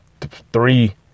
three